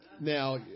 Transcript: Now